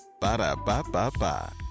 Ba-da-ba-ba-ba